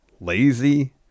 lazy